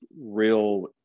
real